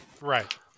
Right